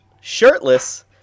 Shirtless